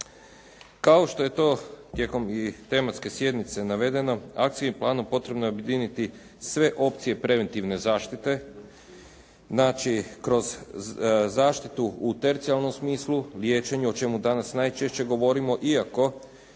Kao što je to tijekom i tematske sjednice navedeno, akcijskim planom potrebno je objediniti sve opcije preventivne zaštite, znači kroz zaštitu u tercijarnom smislu, liječenju, o čemu danas najčešće govorimo iako